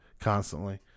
Constantly